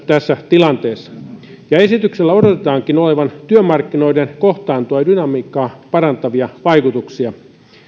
tässä tilanteessa esityksellä odotetaankin olevan työmarkkinoiden kohtaantoa ja dynamiikkaa parantavia vaikutuksia